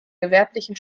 gewerblichen